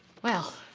well.